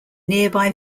nearby